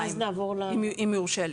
אם יורשה לי.